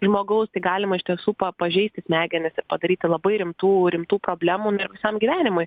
žmogaus tai galima iš tiesų pa pažeisti smegenis ir padaryti labai rimtų rimtų problemų visam gyvenimui